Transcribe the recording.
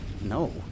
No